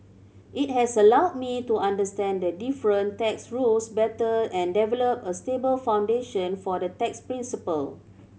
it has allowed me to understand the different tax rules better and develop a stable foundation for the tax principle